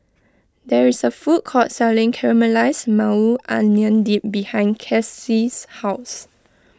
there is a food court selling Caramelized Maui Onion Dip behind Kelsey's house